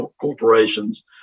corporations